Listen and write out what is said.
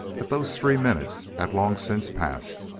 that those three minutes had long since passed,